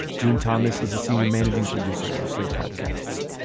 june thomas is a senior managing producer of slate podcasts.